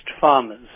farmers